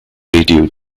radio